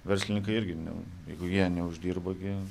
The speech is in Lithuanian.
verslininkai irgi ne jeigu jie neuždirba gi